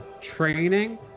training